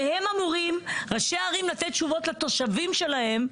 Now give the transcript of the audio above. והם אמורים ראשי ערים לתת תשובות לתושבים שלהם,